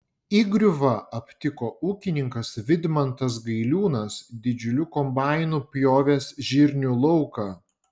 įgriuvą aptiko ūkininkas vidmantas gailiūnas didžiuliu kombainu pjovęs žirnių lauką